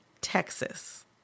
Texas